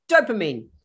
dopamine